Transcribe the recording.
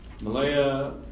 Malaya